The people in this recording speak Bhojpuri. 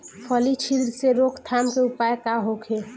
फली छिद्र से रोकथाम के उपाय का होखे?